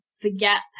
forget